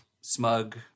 smug